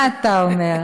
מה אתה אומר?